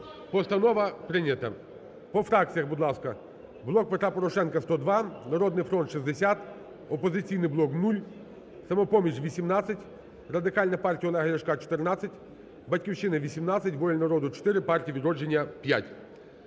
Постанова прийнята. По фракціях, будь ласка. "Блок Петра Порошенка" – 102, "Народний фронт" – 60, "Опозиційний блок" – 0, "Самопоміч" – 18, Радикальна партія Олега Ляшка – 14, "Батьківщина" – 18, "Воля народу" – 4, Партія "Відродження"